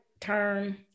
term